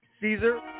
Caesar